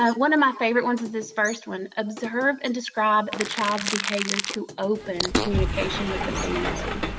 ah one of my favorite ones is this first one. observe and describe the child's behavior to open communication with the family.